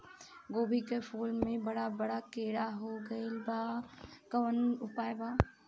गोभी के फूल मे बड़ा बड़ा कीड़ा हो गइलबा कवन उपाय बा?